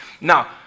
Now